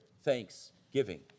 thanksgiving